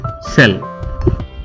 cell